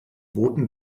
boten